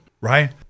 right